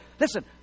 Listen